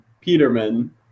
Peterman